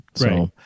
Right